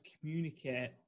communicate